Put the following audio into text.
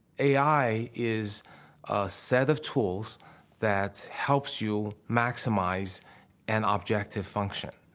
a i. is a set of tools that helps you maximize an ah objective function,